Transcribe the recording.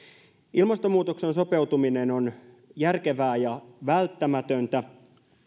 ilmastonmuutokseen sopeutuminen on järkevää ja välttämätöntä